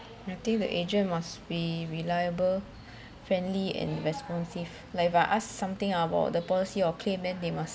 I think the agent must be reliable friendly and responsive like if I ask something about the policy or claim than they must